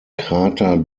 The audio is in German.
krater